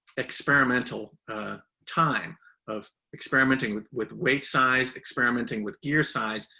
experimental time of experimenting with with weight size, experimenting with gear size,